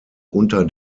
unter